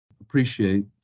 appreciate